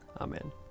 Amen